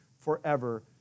forever